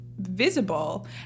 Visible